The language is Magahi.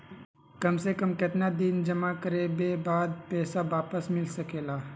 काम से कम केतना दिन जमा करें बे बाद पैसा वापस मिल सकेला?